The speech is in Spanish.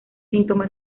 síntoma